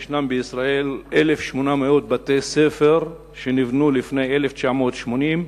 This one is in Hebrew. בישראל ישנם 1,800 בתי-ספר שנבנו לפני 1980,